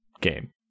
game